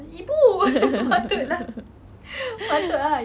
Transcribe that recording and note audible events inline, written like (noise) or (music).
(laughs)